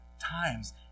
times